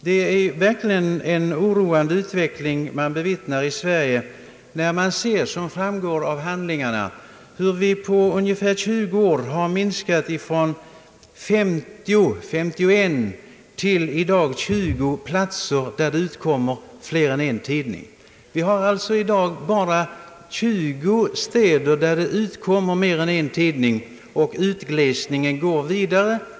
Det är verkligen en oroande utveckling vi bevittnar i Sverige, när vi ser — vilket framgår av handlingarna — hur antalet orter där fler än en tidning utkommer, på ungefär 20 år har minskat från 51 till 20. Det finns alltså i dag bara 20 städer där det utkommer fler än en tidning, och utglesningen går vidare.